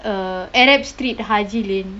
err arab street haji lane